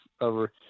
over